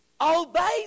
Obey